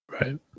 Right